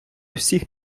всіх